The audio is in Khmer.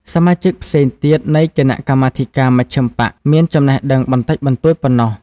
សមាជិកផ្សេងទៀតនៃគណៈកម្មាធិការមជ្ឈិមបក្សមានចំណេះដឹងបន្តិចបន្តួចប៉ុណ្ណោះ ។